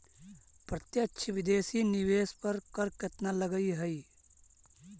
प्रत्यक्ष विदेशी निवेश पर कर केतना लगऽ हइ?